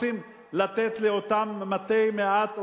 רוצים לתת לאותם מתי מעט,